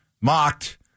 mocked